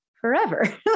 forever